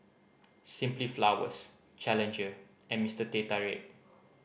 Simply Flowers Challenger and Mister Teh Tarik